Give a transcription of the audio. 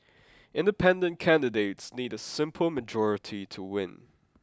independent candidates need a simple majority to win